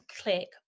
click